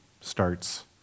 starts